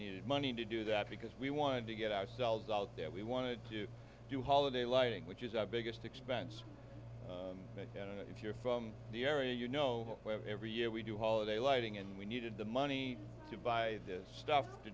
needed money to do that because we wanted to get ourselves out there we wanted to do holiday lighting which is our biggest expense you know if you're from the area you know where every year we do holiday lighting and we needed the money to buy this stuff to